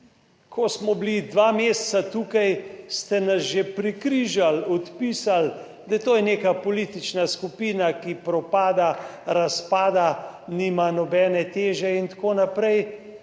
Ko smo bili dva meseca tukaj, ste nas že prekrižali, odpisali, da to je neka politična skupina, ki propada, razpada, nima nobene teže in tako naprej.